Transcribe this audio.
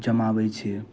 जमाबैत छै